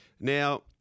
Now